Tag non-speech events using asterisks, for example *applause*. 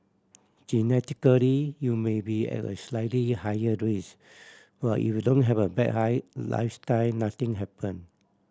genetically you may be at a slightly higher risk but if you don't have a bad *unintelligible* lifestyle nothing happen